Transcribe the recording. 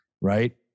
right